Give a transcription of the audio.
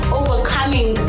overcoming